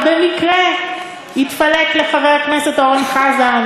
ובמקרה יתפלק לחבר הכנסת אורן חזן